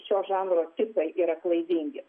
šio žanro tipai yra klaidingi